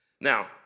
Now